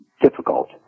difficult